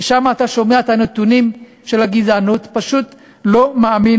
ושם אתה שומע את הנתונים על הגזענות ופשוט לא מאמין